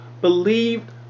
believed